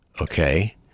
Okay